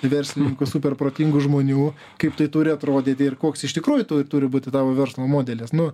verslininkų super protingų žmonių kaip tai turi atrodyti ir koks iš tikrųjų tu turi būti tavo verslo modelis nu